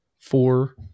four